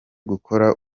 gukora